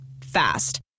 Fast